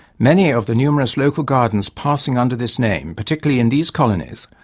many of the numerous local gardens passing under this name, particularly in these colonies,